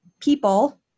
people